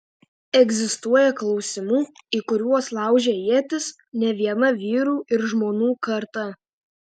egzistuoja klausimų į kuriuos laužė ietis ne viena vyrų ir žmonų karta